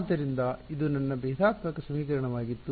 ಆದ್ದರಿಂದ ಇದು ನನ್ನ ಭೇದಾತ್ಮಕ ಸಮೀಕರಣವಾಗಿತ್ತು